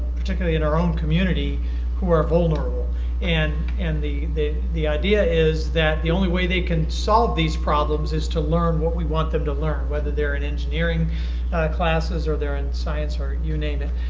particularly in our own community who are vulnerable and and the the idea is that the only way they can solve these problems is to learn what we want them to learn. whether they're an engineering classes or they're in science or you name it.